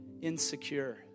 insecure